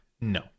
No